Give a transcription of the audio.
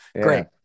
great